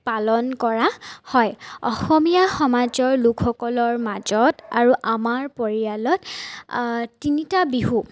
পালন কৰা হয় অসমীয়া সমাজৰ লোকসকলৰ মাজত আৰু আমাৰ পৰিয়ালত তিনিটা বিহু